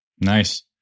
Nice